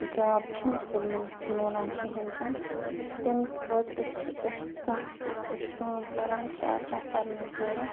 job چھُنہٕ سٲلمَن مِلان کِہیٖنۍ تہِ نہٕ تَمہِ خٲطرٕ چھِ أسۍ کانٛہہ یُس أسۍ کٲم کَران چھِ آسان پَرنَس دوران